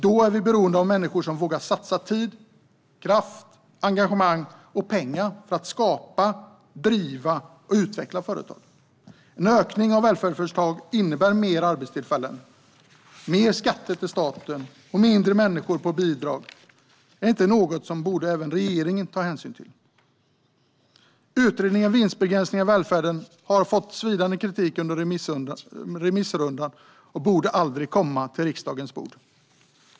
Då är vi beroende av att människor vågar satsa tid, kraft, engagemang och pengar för att skapa, driva och utveckla företag. En ökning av välfärdsföretagen innebär fler arbetstillfällen, mer skatter till staten och färre människor på bidrag. Är inte detta något som även regeringen borde ta hänsyn till? Utredningen om vinstbegränsningar i välfärden har fått svidande kritik under remissrundan och borde aldrig komma till riksdagens bord.